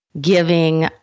giving